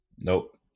Nope